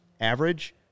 average